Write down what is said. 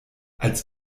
als